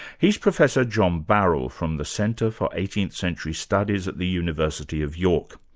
he's professor john barrell, from the centre for eighteenth century studies at the university of york.